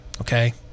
okay